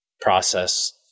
process